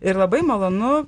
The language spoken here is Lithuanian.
ir labai malonu